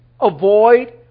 avoid